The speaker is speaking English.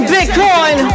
Bitcoin